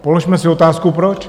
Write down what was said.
Položme si otázku proč?